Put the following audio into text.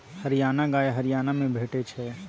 हरियाणा गाय हरियाणा मे भेटै छै